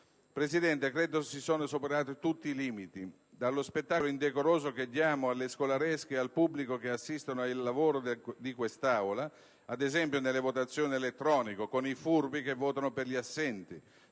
Presidente, credo che si siano superati tutti i limiti: penso allo spettacolo indecoroso che diamo al pubblico e alle scolaresche che assistono ai lavori di quest'Aula, ad esempio durante le votazioni elettroniche, con i furbi che votano per gli assenti,